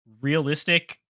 realistic